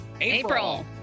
April